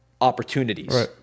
opportunities